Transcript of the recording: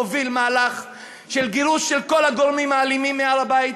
הוביל מהלך של גירוש של כל הגורמים האלימים מהר-הבית,